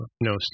no